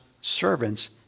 servant's